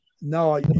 No